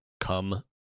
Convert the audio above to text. come